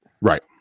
Right